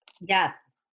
Yes